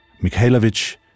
Mikhailovich